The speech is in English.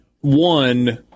One